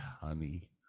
honey